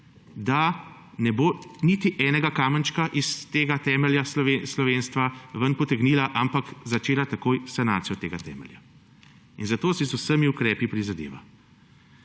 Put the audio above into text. da ne bo niti enega kamenčka iz tega temelja slovenstva ven potegnila, ampak bo začela takoj sanacijo tega temelja. Za to se z vsemi ukrepi prizadeva.